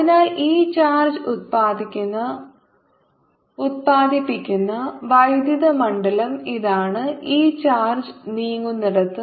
അതിനാൽ ഈ ചാർജ് ഉൽപാദിപ്പിക്കുന്ന വൈദ്യുത മണ്ഡലം ഇതാണ് ഈ ചാർജ് നീങ്ങുന്നിടത്ത്